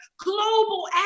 global